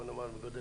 מגודל